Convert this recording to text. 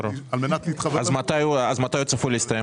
מתי הוא צפוי להסתיים?